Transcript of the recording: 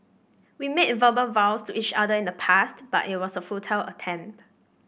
we made verbal vows to each other in the past but it was a futile attempt